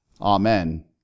Amen